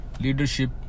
leadership